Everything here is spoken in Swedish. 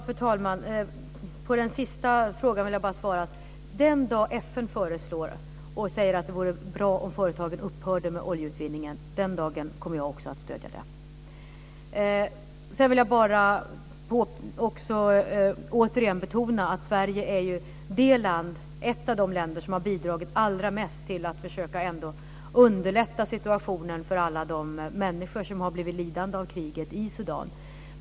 Fru talman! På den sista frågan vill jag bara svara: Den dag FN säger att det vore bra om företagen upphörde med oljeutvinningen kommer jag också att stödja det förslaget. Sedan vill jag återigen betona att Sverige är ett av de länder som har bidragit allra mest till att försöka underlätta situationen för alla de människor som har blivit lidande av kriget i Sudan.